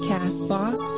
Castbox